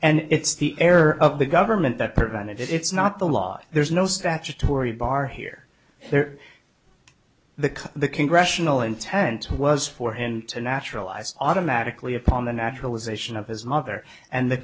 and it's the error of the government that prevented it it's not the law there's no statutory bar here they're the cause the congressional intent was for him to naturalize automatically upon the naturalization of his mother and the